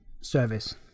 service